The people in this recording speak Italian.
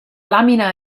lamina